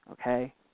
Okay